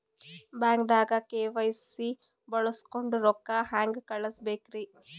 ಬ್ಯಾಂಕ್ದಾಗ ಕೆ.ವೈ.ಸಿ ಬಳಸ್ಕೊಂಡ್ ರೊಕ್ಕ ಹೆಂಗ್ ಕಳಸ್ ಬೇಕ್ರಿ?